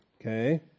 okay